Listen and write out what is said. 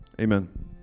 Amen